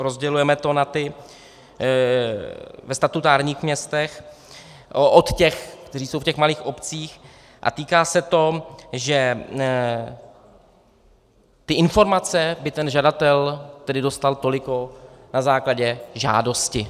Rozdělujeme to na ty ve statutárních městech od těch, kteří jsou v těch malých obcích, a týká se to, že informace by žadatel tedy dostal toliko na základě žádosti.